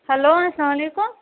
hello اسلامُ علیکُم